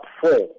four